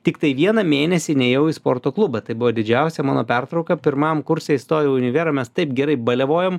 tiktai vieną mėnesį nėjau į sporto klubą tai buvo didžiausia mano pertrauka pirmam kurse įstojau į univerą mes taip gerai balevojom